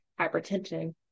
hypertension